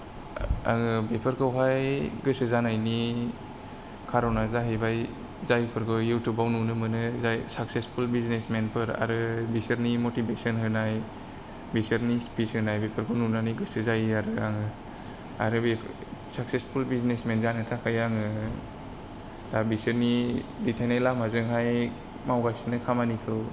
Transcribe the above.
आङो बेफोरखौहाय गोसो जानायनि कारना जाहैबाय जायफोरखौ युटुबाव नुनो मोनो जाय साकसेसफुल बिजनेसमेनफोर आरो बिसोरनि मटिवेशन होनाय बिसोरनि स्पिच होनाय बेफोरखौ नुनानै गोसो जायो आरो आङो आरो साकसेसफुल बिजनेसमेन जानो थाखाय आङो बिसोरनि दैथायनाय लामाजोंहाय मावगासिनो खामानिखौ